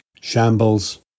shambles